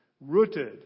rooted